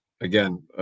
again